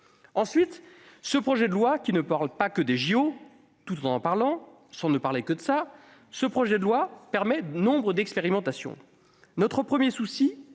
Ensuite, ce projet de loi, qui ne parle pas que des Jeux, tout en en parlant, mais sans ne parler que de cela, autorise nombre d'expérimentations. Notre premier souci